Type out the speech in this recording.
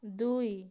ଦୁଇ